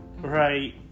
right